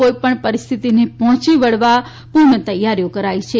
કોઇપણ પરિસ્થિતિને પહોંચી વળવા તૈયારીઓ કરાઇ છે